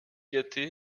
gâté